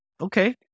Okay